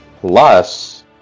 Plus